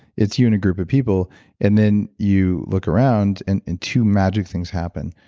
it's you and a group of people and then you look around and and two magic things happen.